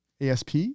ASP